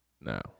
No